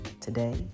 today